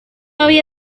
había